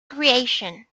creation